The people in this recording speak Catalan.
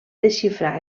desxifrar